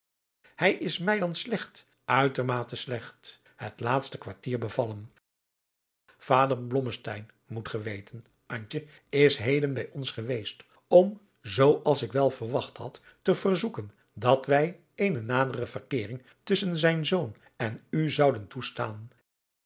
hij is mij dan slecht uitermate slecht het laatste kwartier bevallen vader blommesteyn moet ge weten antje is heden bij ons geweest om zoo als ik wel verwacht had te verzoeken dat wij eene nadere verkeering tusschen zijn zoon en u zouden toestaan